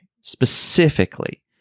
specifically